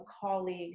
colleague